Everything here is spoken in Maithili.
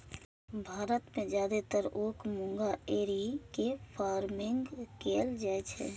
भारत मे जादेतर ओक मूंगा एरी के फार्मिंग कैल जाइ छै